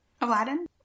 Aladdin